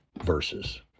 verses